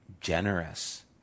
generous